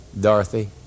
Dorothy